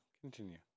Continue